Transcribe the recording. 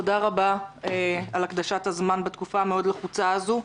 תודה רבה על הקדשת הזמן בתקופה המאוד לחוצה הזו.